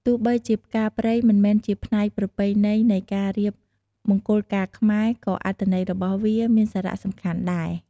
ទោះបីជាផ្កាព្រៃមិនមែនជាផ្នែកប្រពៃណីនៃការរៀបមង្គលការខ្មែរ ក៏អត្ថន័យរបស់វាមានសារៈសំខាន់ដែរ។